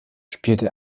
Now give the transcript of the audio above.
spielte